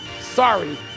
Sorry